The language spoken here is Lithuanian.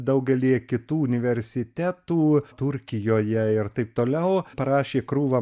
daugelyje kitų universitetų turkijoje ir taip toliau parašė krūvą